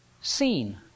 seen